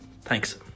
Thanks